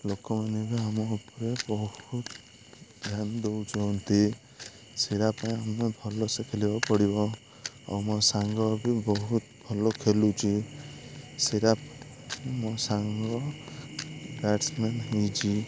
ଲୋକମାନେ ବି ଆମ ଉପରେ ବହୁତ ଧ୍ୟାନ ଦଉଛନ୍ତି ସେଇଟା ପାଇଁ ଆମେ ଭଲସେ ଖେଳିବାକୁ ପଡ଼ିବ ଆଉ ମୋ ସାଙ୍ଗ ବି ବହୁତ ଭଲ ଖେଳୁଛି ସେଇଟା ମୋ ସାଙ୍ଗ ବ୍ୟାଟ୍ସମ୍ୟାନ୍ ହେଇଛି